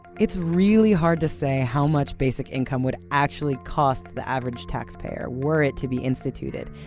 it's really hard to say how much basic income would actually cost the average taxpayer were it to be instituted.